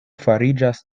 fariĝas